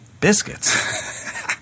Biscuits